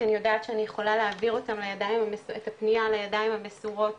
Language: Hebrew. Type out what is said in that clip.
אני יודעת שאני יכולה להעביר את הפנייה לידיים המסורות